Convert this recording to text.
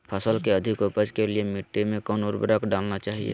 फसल के अधिक उपज के लिए मिट्टी मे कौन उर्वरक डलना चाइए?